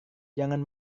jangan